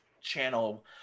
channel